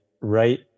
Right